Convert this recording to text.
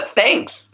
thanks